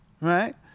right